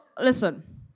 listen